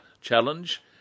challenge